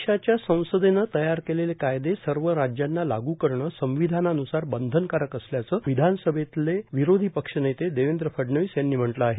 देशाच्या संसदेनं तयार केलेले कायदे सर्व राज्यांना लागू करणं संविधानान्सार बंधनकारक असल्याचं विधानसभेतले विरोधी पक्षनेते देवेंद्र फडणवीस यांनी म्हटलं आहे